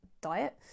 diet